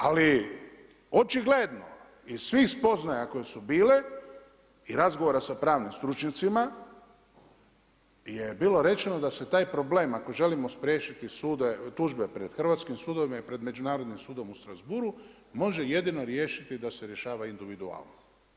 Ali očigledno iz svih spoznaja koje su bile, i razgovora sa pravnim stručnjacima je bilo rečeno da se taj problem ako želimo spriječiti tužbe pred hrvatskim sudovima i Međunarodnim sudom u Strasbourgu, može jedino riješiti da se rješava individualno.